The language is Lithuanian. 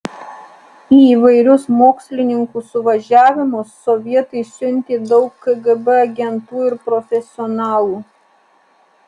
į įvairius mokslininkų suvažiavimus sovietai siuntė daug kgb agentų ir profesionalų